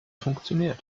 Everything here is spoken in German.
funktioniert